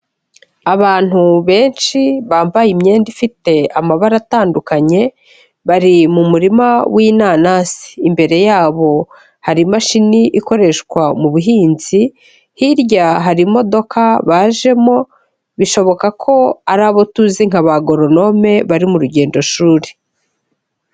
Abantu benshi bambaye imyenda ifite amabara atandukanye, bari mu murima w'inanasi, imbere yabo hari imashini ikoreshwa mu buhinzi, hirya hari imodoka bajemo, bishoboka ko ari abo tuzi nk'abagoronome bari mu rugendo shuri.